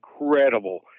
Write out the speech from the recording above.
incredible